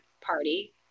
party